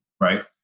right